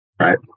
right